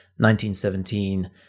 1917